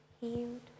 healed